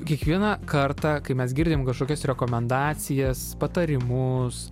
kiekvieną kartą kai mes girdim kažkokias rekomendacijas patarimus